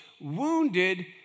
wounded